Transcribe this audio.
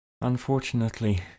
Unfortunately